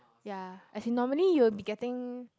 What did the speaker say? ya as in normally you will be getting